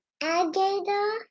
Alligator